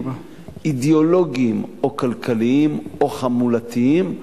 אידיאולוגיים או כלכליים או חמולתיים.